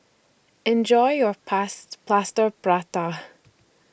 Enjoy your Pass Plaster Prata